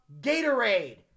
Gatorade